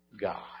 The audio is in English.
God